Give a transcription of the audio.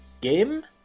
game